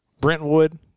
Brentwood